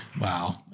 wow